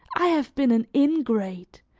i have been an ingrate,